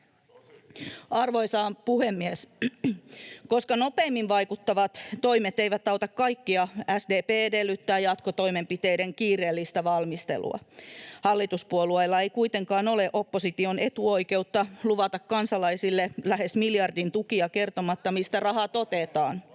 Arvoisa puhemies! Koska nopeimmin vaikuttavat toimet eivät auta kaikkia, SDP edellyttää jatkotoimenpiteiden kiireellistä valmistelua. Hallituspuolueilla ei kuitenkaan ole opposition etuoikeutta luvata kansalaisille lähes miljardin tukia kertomatta, mistä rahat otetaan,